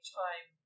time